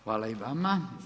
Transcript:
Hvala i vama.